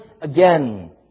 again